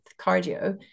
cardio